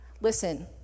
Listen